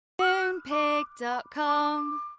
Moonpig.com